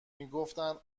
میگفتن